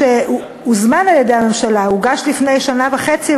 שהוזמן על-ידי הממשלה והוגש לפני שנה וחצי,